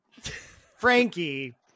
frankie